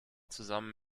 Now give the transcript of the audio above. zusammen